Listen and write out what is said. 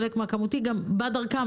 חלק מהכמותי גם בא דרכם,